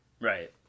Right